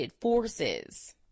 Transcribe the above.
forces